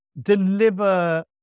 deliver